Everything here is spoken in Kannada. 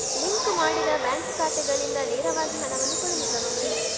ಲಿಂಕ್ ಮಾಡಿದ ಬ್ಯಾಂಕ್ ಖಾತೆಗಳಿಂದ ನೇರವಾಗಿ ಹಣವನ್ನು ಕಳುಹಿಸಬಹುದು